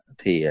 thì